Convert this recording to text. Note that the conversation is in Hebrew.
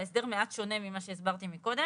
זה היה הפחד של הקואליציה שאולי אני אפר תהיו רגועים.